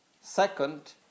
Second